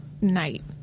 night